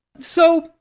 so,